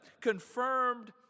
confirmed